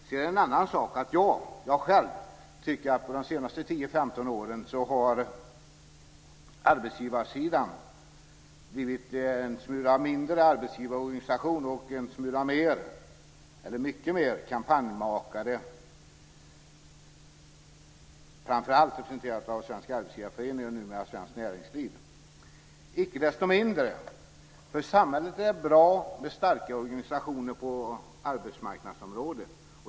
Sedan är det en annan sak att jag själv tycker att arbetsgivarsidan på de senaste 10-15 åren har blivit en smula mindre arbetsgivarorganisation och en smula mer, eller mycket mer, kampanjmakare. Det gäller framför allt när den representerats av Svenska Arbetsgivareföreningen, numera Icke desto mindre är det bra för samhället med starka organisationer på arbetsmarknadsområdet.